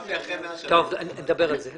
איזה סעיף זה הופך להיות?